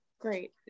Great